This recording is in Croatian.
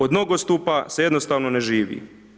Od nogostupa se jednostavno ne živi.